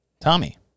Tommy